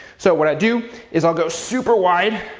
so what i'll do is i'll go super wide,